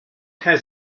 has